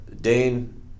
dane